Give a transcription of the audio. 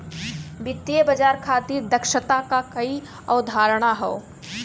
वित्तीय बाजार खातिर दक्षता क कई अवधारणा हौ